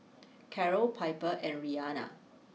Carrol Piper and Rianna